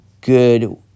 good